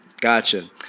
gotcha